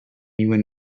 even